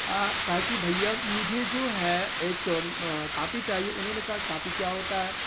کہا کہ بھیا مجھے جو ہے ایک کاپی چاہیے انہوں نے کہا کاپی کیا ہوتا ہے